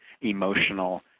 emotional